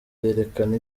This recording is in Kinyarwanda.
yerekana